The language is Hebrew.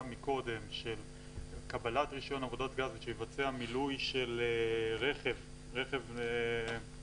קודם של קבלת רישיון עבודות גז שיבצע מילוי של רכב פרטי,